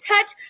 touch